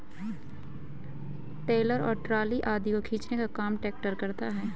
trailer और trolley आदि को खींचने का काम ट्रेक्टर करता है